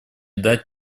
дать